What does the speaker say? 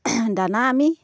দানা আমি